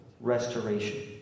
restoration